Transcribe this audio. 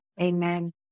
amen